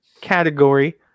category